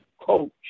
coach